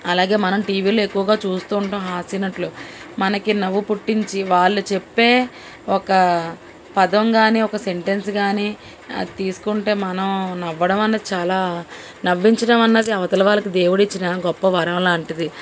అలాగే మనం టీవీలో ఎక్కువగా చూస్తుంటాం హాస్యనటులు మనకు నవ్వు పుట్టించి వాళ్ళు చెప్పే ఒక పదం కానీ ఒక సెంటెన్స్ కానీ అది తీసుకుంటే మనం నవ్వడం అన్నది చాలా నవ్వించడం అన్నది అవతల వాళ్ళకి దేవుడు ఇచ్చిన గొప్ప వరం లాంటిది